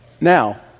now